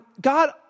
God